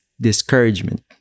discouragement